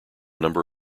number